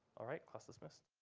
all right. class dismissed.